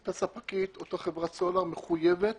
אותה ספקית, אותה חברת סלולר, מחויבת